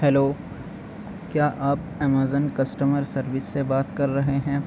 hello کیا آپ Amazon customer service سے بات کر رہے ہیں